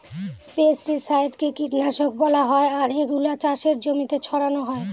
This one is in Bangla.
পেস্টিসাইডকে কীটনাশক বলা হয় আর এগুলা চাষের জমিতে ছড়ানো হয়